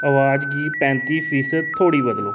अवाज गी पैंत्ती फीसद धोड़ी बदलो